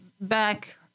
back